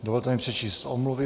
Dovolte mi přečíst omluvy.